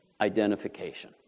Identification